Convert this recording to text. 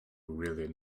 really